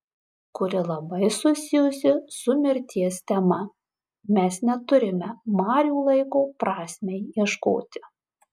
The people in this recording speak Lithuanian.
kuri labai susijusi su mirties tema mes neturime marių laiko prasmei ieškoti